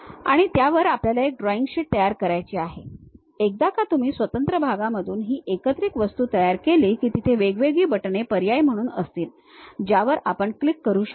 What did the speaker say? आणि त्यावर आपल्याला एक ड्रॉइंग शीट तयार करायची आहे एकदा का तुम्ही स्वतंत्र भागांमधून ही एक एकत्रित वस्तू तयार केली की तेथे वेगवेगळी बटणे पर्याय म्हणून असतील ज्यावर आपण क्लिक करू शकतो